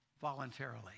voluntarily